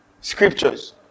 scriptures